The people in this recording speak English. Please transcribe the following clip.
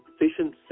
efficient